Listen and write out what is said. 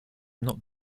not